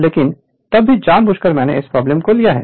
लेकिन तब भी जानबूझकर मैंने इस प्रॉब्लम को लिया है